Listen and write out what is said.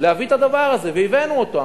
להביא את הדבר הזה, והבאנו אותו.